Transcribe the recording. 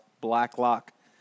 Blacklock